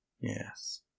Yes